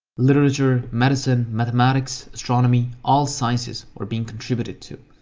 literature, medicine, mathematics, astronomy, all sciences were being contributed to.